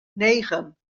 negen